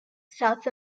south